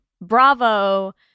bravo